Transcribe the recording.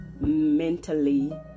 mentally